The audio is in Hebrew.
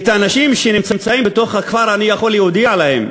האנשים שנמצאים בתוך הכפר, אני יכול להודיע להם,